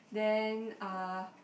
then uh